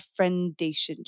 friendationship